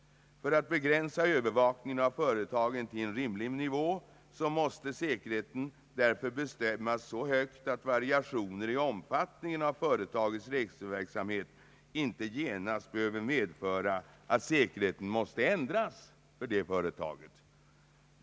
För att begränsa övervakningen av företagen till en rimlig nivå måste säkerheten bestämmas så högt att variationer i omfattningen av företagets reseverksamhet inte genast behöver medföra att säkerheten måste ändras för detta företag.